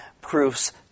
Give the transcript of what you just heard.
proofs